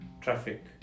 traffic